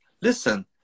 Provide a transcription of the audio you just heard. listen